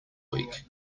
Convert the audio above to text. week